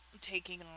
taking